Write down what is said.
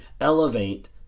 elevate